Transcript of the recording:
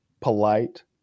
polite